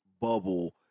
bubble